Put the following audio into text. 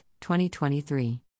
2023